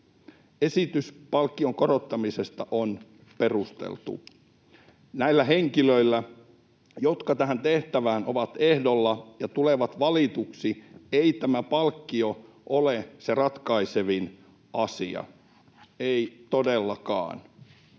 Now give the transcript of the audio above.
Esitys palkkion korottamisesta on perusteltu. Näillä henkilöillä, jotka tähän tehtävään ovat ehdolla ja tulevat valituksi, ei tämä palkkio ole se ratkaisevin asia — ei todellakaan,